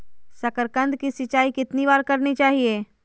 साकारकंद की सिंचाई कितनी बार करनी चाहिए?